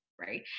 right